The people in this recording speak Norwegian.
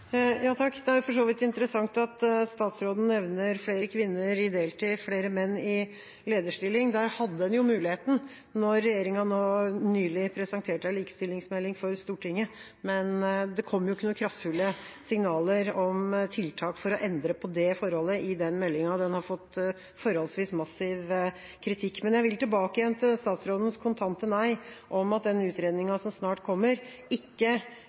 Det er for så vidt interessant at statsråden nevner flere kvinner i deltid og flere menn i lederstillinger. Der hadde man jo muligheten da regjeringa nylig presenterte en likestillingsmelding for Stortinget. Men det kom jo ikke noen kraftfulle signaler om tiltak for å endre på det forholdet i den meldinga. Den har fått forholdsvis massiv kritikk. Jeg vil tilbake til statsrådens kontante nei om at den utredninga som snart kommer, ikke